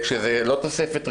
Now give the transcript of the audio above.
זאת לא תוספת ראשונה.